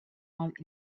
out